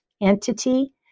entity